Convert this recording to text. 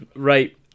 Right